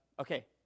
Okay